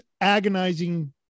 agonizing